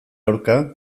aurka